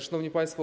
Szanowni Państwo!